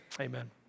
amen